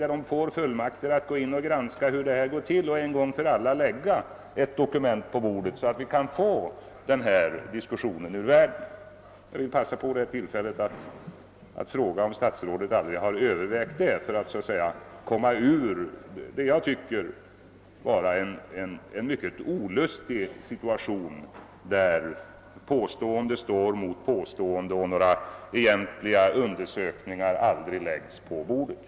De skulle ha fullmakt att granska hur det hela går till och en gång för alla lägga ett dokument på bordet så att vi kan få denna diskussion ur världen. Jag vill begagna detta tillfälle till att fråga om statsrådet aldrig har övervägt ett sådant förfarande för att så att säga komma ur vad jag tycker vara en mycket olustig situation, där påstående står mot påstående och några egentliga undersökningar aldrig har redovisats.